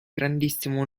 grandissimo